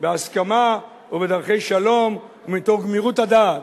בהסכמה ובדרכי שלום ומתוך גמירות הדעת